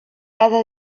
cada